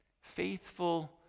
Faithful